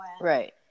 right